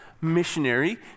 missionary